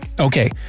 Okay